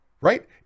right